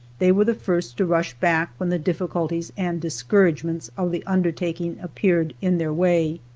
they were the first to rush back when the difficulties and discouragements of the undertaking appeared in their way.